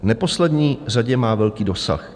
V neposlední řadě má velký dosah.